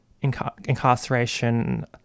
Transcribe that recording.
incarceration